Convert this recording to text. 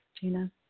Gina